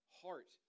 heart